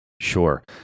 Sure